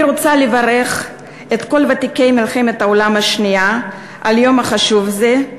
אני רוצה לברך את כל ותיקי מלחמת העולם השנייה על היום החשוב הזה,